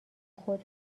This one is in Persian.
خود